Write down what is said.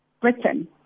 Britain